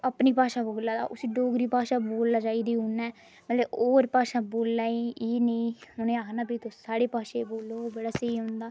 र'वै अपनी भाषा बोलै दा उसी डोगरी भाशा बोलना चाहिदी उन्ने मतलब होर भाषा बोले एह् निं उ'नेंगी आखना तुस साढ़ी भाशा बोलो बड़ा स्हेई होंदा